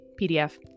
PDF